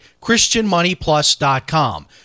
christianmoneyplus.com